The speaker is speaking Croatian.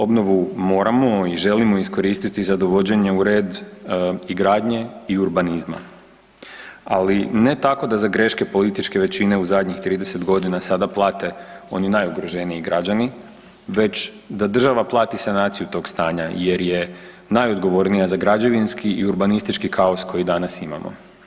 Obnovu moramo i želimo iskoristiti za dovođenje u red i gradnje i urbanizma, ali ne tako da za greške političke većine u zadnjih 30 godina sada plate oni najugroženiji građani, već da država plati sanaciju tog stanja jer je najodgovornija za građevinski i urbanistički kaos koji danas imamo.